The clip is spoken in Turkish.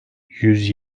yüz